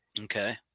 Okay